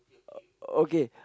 oh okay